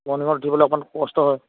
মৰ্নিঙত উঠিবলৈ অকণমান কষ্ট হয়